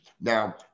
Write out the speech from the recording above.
Now